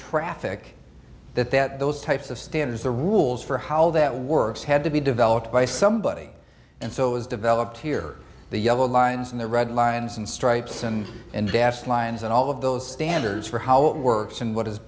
traffic that that those types of standards the rules for how that works had to be developed by somebody and so as developed here the yellow lines and the red lines and stripes and and gas lines and all of those standards for how it works and what has